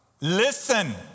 Listen